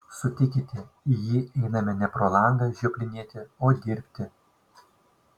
sutikite į jį einame ne pro langą žioplinėti o dirbti